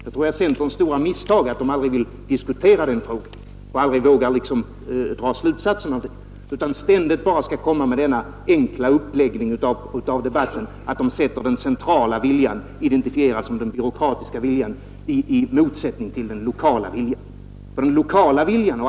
Det är centerns stora misstag att man aldrig vågar diskutera denna fråga och inte heller dra slutsatsen av sina krav utan i stället ständigt lägger upp debatten på det enkla sättet att den centrala viljan identifieras med den byråkratiska viljan och förutsätts vara i motsättning till den lokala viljan.